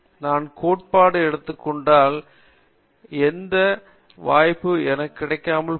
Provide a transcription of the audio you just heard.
காமகோடி நான் கோட்பாடு எடுத்து கொண்டதால் எந்த இந்த வாய்ப்பும் எனக்கு கிடைக்காமல் போனதில்லை